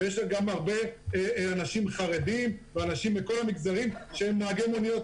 ויש גם הרבה אנשים חרדים ואנשים מכל המגזרים שהם נהגי מוניות.